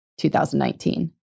2019